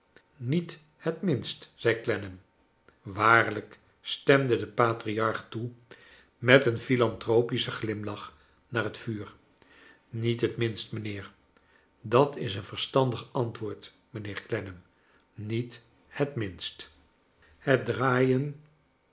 niet het minst zei clennam waarlijk stemde de patriarch toe chakles dickens met een philantropischen glimlach naar het vuur niet het minst mijnheer dat is een verstandig antwoord mijnheer clennam niet het minst het draaien